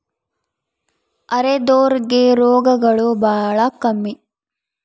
ಅರೆದೋರ್ ಗೆ ರೋಗಗಳು ಬಾಳ ಕಮ್ಮಿ